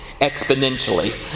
exponentially